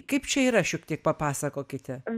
kaip čia yra šiek tiek papasakokite